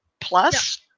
plus